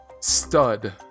Stud